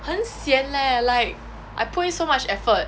很 sian leh like I put in so much effort